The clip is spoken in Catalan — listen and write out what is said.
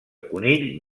conill